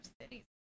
cities